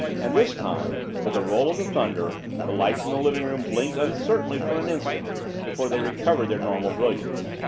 and this time, with the roll of the thunder, the lights in the living-room blinked uncertainly for an instant before they recovered their normal brilliance.